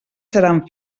seran